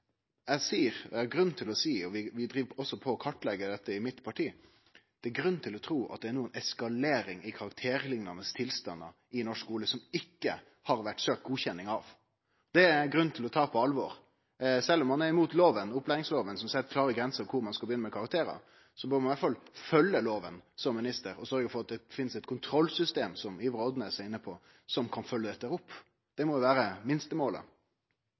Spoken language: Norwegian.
Vi driv på med å kartleggje dette i mitt eige parti, og det er grunn til å tru at det no er ei eskalering i karakterliknande tilstandar i norsk skule, og forsøk som det ikkje har vore søkt godkjenning av. Det er det grunn til å ta på alvor. Sjølv om ein er imot opplæringsloven, som set klare grenser for kor ein skal begynne med karakterar, bør ein i alle fall som minister følgje loven og sørgje for at det finst eit kontrollsystem, som Ivar Odnes var inne på, som kan følgje dette opp. Det må vere